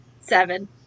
Seven